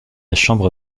chambre